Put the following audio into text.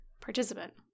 participant